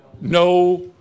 no